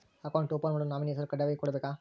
Account open ಮಾಡಲು nominee ಹೆಸರು ಕಡ್ಡಾಯವಾಗಿ ಕೊಡಬೇಕಾ?